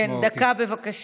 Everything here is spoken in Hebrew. כן, דקה בבקשה.